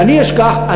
ואני אשכח,